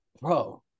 bro